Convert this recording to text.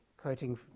Quoting